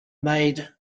made